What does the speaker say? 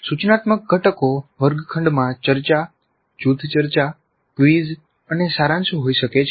સૂચનાત્મક ઘટકો વર્ગખંડમાં ચર્ચા જૂથ ચર્ચા ક્વિઝ અને સારાંશ હોઈ શકે છે